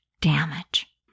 Damage